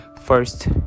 First